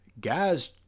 guys